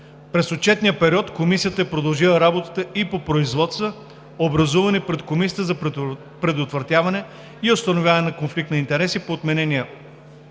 През отчетния период Комисията е продължила работата и по производства, образувани пред Комисията за предотвратяване и установяване на конфликт на интереси по отменения